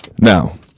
Now